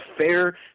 fair